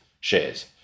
shares